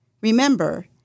Remember